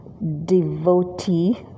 devotee